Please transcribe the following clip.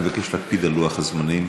אני מבקש שתקפיד על לוח הזמנים.